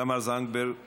תמר זנדברג